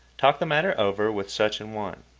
talk the matter over with such an one.